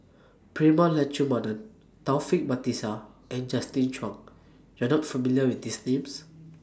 Prema Letchumanan Taufik Batisah and Justin Zhuang YOU Are not familiar with These Names